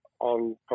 on